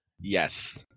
Yes